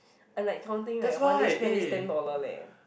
I like counting like one day spend at least ten dollar leh